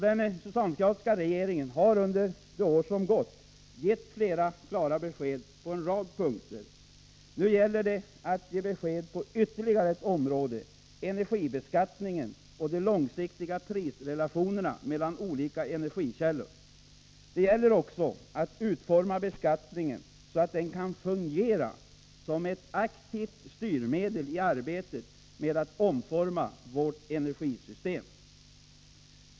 Den socialdemokratiska regeringen har under det år som gått gett flera klara besked på en rad punkter. Nu gäller det att ge besked på ytterligare ett område — energibeskattningen och de långsiktiga prisrelationerna mellan olika energikällor. Det gäller också att utforma beskattningen så, att den kan fungera som ett aktivt styrmedel i arbetet med att omforma vårt energisystem.